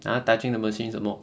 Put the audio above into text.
!huh! touching the machines 什么